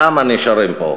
למה נשארים פה.